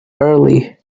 early